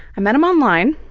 i met him online.